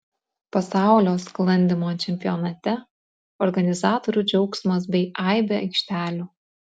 pasaulio sklandymo čempionate organizatorių džiaugsmas bei aibė aikštelių